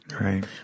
Right